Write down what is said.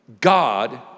God